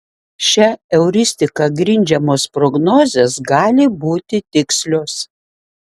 šia euristika grindžiamos prognozės gali būti tikslios